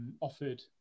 offered